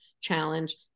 challenge